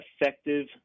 effective